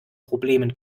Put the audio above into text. problemen